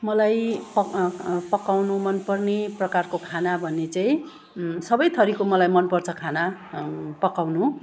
मलाई प पकाउनु मन पर्ने प्रकारको खाना भने चाहिँ सबै थरीको मलाई मन पर्छ खाना पकाउनु